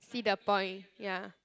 see the point ya